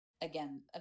again